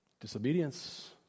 Disobedience